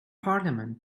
parliament